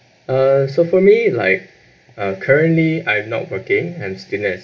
uh so for me like uh currently I'm not working and still rest